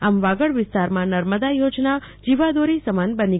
આમ વાગડ વિસ્તારમાં નર્મદા યોજના જીવાદોરી સમાન બની ગઈ છે